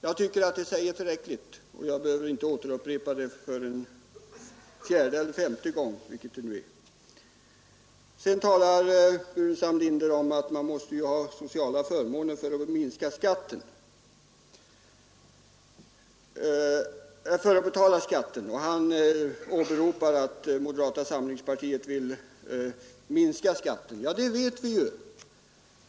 Det tycker jag säger tillräckligt, och jag borde inte behöva upprepa det för fjärde eller femte gången. Sedan sade herr Burenstam Linder att man måste ha sociala förmåner för att kunna betala skatten, men att moderata samlingspartiet vill minska skattetrycket. Ja, det senare vet vi.